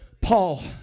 Paul